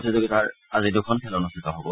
প্ৰতিযোগিতাৰ আজি দুখন খেল অনুষ্ঠিত হ'ব